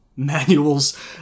manuals